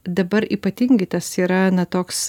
dabar ypatingai tas yra na toks